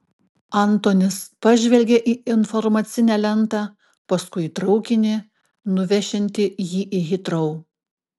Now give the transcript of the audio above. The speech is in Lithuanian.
antonis pažvelgė į informacinę lentą paskui į traukinį nuvešiantį jį į hitrou